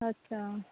अच्छा